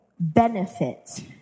benefit